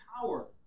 power